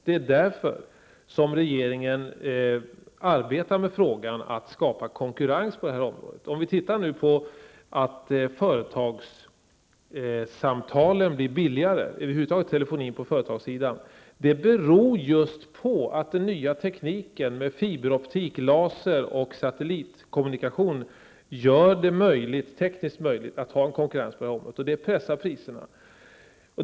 Det är därför regering arbetar med frågan att skapa konkurrens på det här området. Att företagssamtal och telefoni på företagssidan över huvud taget blir billigare beror just på att den nya tekniken med fiberoptik, laser och satellitkommunikation gör det tekniskt möjligt med konkurrens på detta område. Det pressar priserna.